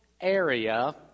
area